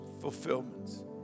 fulfillments